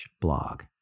blog